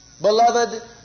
beloved